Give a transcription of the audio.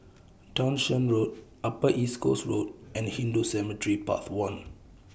Townshend Road Upper East Coast Road and Hindu Cemetery Path one